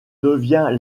devient